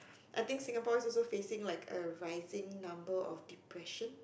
I think Singapore is also facing like a rising number of depression